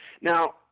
Now